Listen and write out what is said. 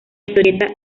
historieta